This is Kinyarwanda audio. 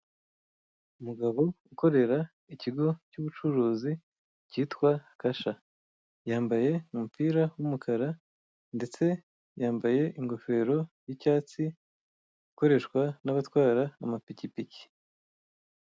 Umugabo ukorera ikigo cy'ubucuruzi cyitwa Kasha, yambaye umupira w'umukara ndetse yambaye ingofero yicyatsi ikoreshwa n'abatwara amapikipiki.